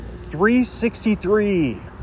363